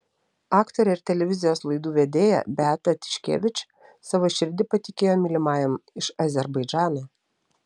aktorė ir televizijos laidų vedėja beata tiškevič savo širdį patikėjo mylimajam iš azerbaidžano